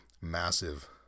massive